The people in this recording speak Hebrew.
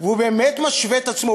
הוא באמת משווה את עצמו,